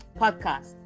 podcast